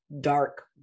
dark